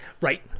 Right